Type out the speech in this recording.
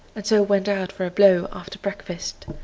and so went out for a blow after breakfast.